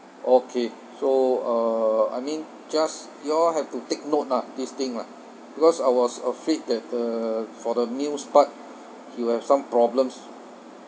okay so uh I mean just you all have to take note lah this thing lah because I was afraid that the for the meals part he will have some problems